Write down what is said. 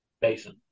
Basin